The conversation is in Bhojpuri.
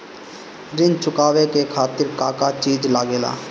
ऋण चुकावे के खातिर का का चिज लागेला?